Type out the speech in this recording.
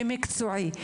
ומקצועי,